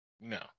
No